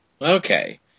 Okay